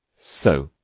so.